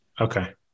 Okay